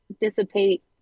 dissipate